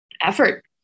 effort